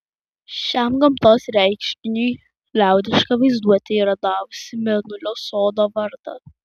šiam gamtos reiškiniui liaudiška vaizduotė yra davusi mėnulio sodo vardą